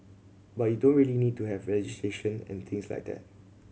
but you don't really need to have legislation and things like that